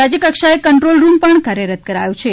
રાજય કક્ષાએ control room પણ કાર્યરત કરાયો છે